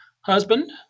husband